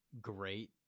great